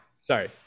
sorry